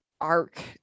arc